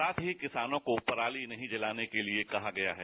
साथ ही किसानों को पराली नहीं जलाने के लिए कहा गया है